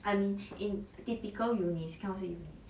I mean in typical uni cannot say uni